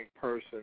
person